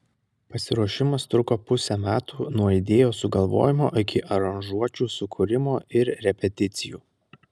pasiruošimas truko pusę metų nuo idėjos sugalvojimo iki aranžuočių sukūrimo ir repeticijų